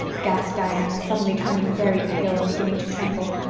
gasped diana, suddenly turning very pale and beginning to tremble.